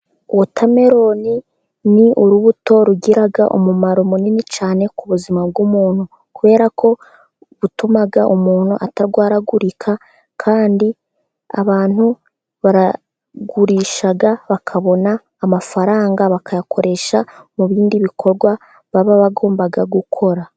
Wotameloni ni urubuto rugira umumaro munini cyane ku buzima bw'umuntu, kubera ko butuma umuntu atarwaragurika, kandi abantu baragurisha bakabona amafaranga, bakayakoresha mu bindi bikorwa baba bagomba gukora.